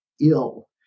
ill